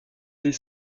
des